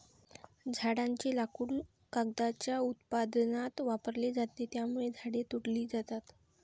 झाडांचे लाकूड कागदाच्या उत्पादनात वापरले जाते, त्यामुळे झाडे तोडली जातात